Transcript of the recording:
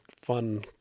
fun